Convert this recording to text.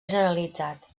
generalitzat